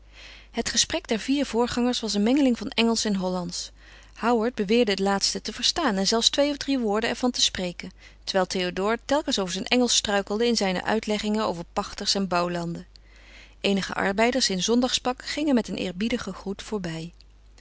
het gesprek der vier voorgangers was een mengeling van engelsch en hollandsch howard beweerde het laatste te verstaan en zelfs twee of drie woorden er van te spreken terwijl théodore telkens over zijn engelsch struikelde in zijne uitleggingen over pachters en bouwlanden eenige arbeiders in zondagspak gingen met een eerbiedigen groet voorbij